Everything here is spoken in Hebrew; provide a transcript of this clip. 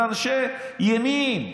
אלה אנשי ימין,